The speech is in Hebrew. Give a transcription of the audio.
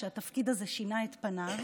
שהתפקיד הזה שינה את פניו,